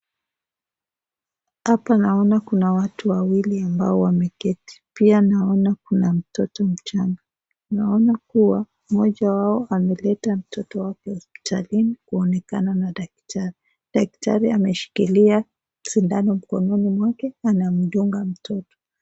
Hapa naona kuna watu wawili ambao wameketi. Pia naona kuna mtoto mchanga. Naona kuwa mmoja wao ameleta mtoto wake hospitalini kuonekana na daktari. Daktari ameshikilia sindano mkononi mwake anamdunga mtoto.